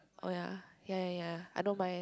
oh ya ya ya ya I don't mind